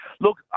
look